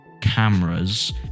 cameras